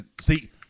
See